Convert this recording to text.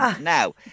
Now